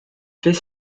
fait